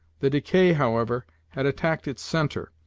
the decay, however, had attacked its centre,